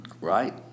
right